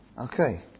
Okay